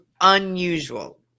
unusual